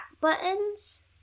buttons